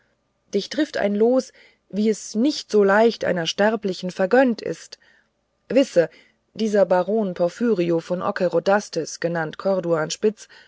dich trifft ein los wie es nicht so leicht einer sterblichen vergönnt ist wisse dieser baron porphyrio von ockerodastes genannt